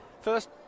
first